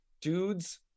dudes